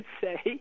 say